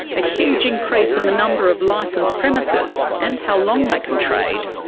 a huge increase in the number of licensed premises and how long they can trade,